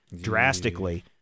drastically